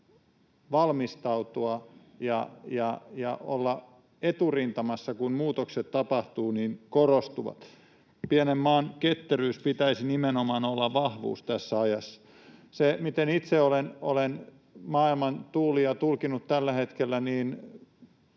valmistautua ja olla eturintamassa, kun muutokset tapahtuvat, korostuu. Pienen maan ketteryyden pitäisi nimenomaan olla vahvuus tässä ajassa. Se, miten itse olen maailman tuulia tulkinnut tällä hetkellä, on